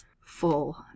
full